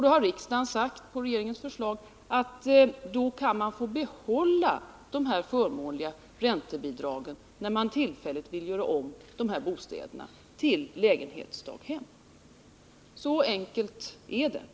Då har riksdagen uttalat, på regeringens förslag, att man kan få behålla de här förmånliga räntebidragen, när man tillfälligt önskar göra om dessa bostäder till lägenhetsdaghem. Så enkelt är det.